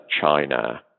China